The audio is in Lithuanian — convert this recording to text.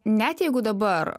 net jeigu dabar